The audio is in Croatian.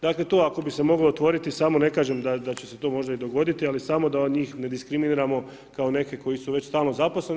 Dakle, tu ako bi se moglo otvoriti, samo ne kažem da će se to možda i dogoditi, ali samo da njih ne diskriminiramo kao neke koji su već stalno zaposleni.